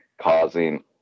causing